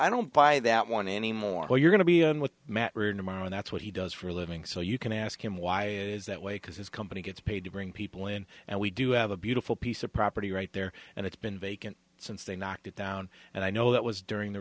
i don't buy that one anymore you're going to be on with matt and that's what he does for a living so you can ask him why is that way because his company gets paid to bring people in and we do have a beautiful piece of property right there and it's been vacant since they knocked it down and i know that was during the